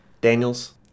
Daniels